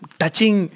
touching